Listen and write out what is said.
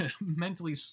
mentally